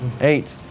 Eight